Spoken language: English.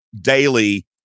daily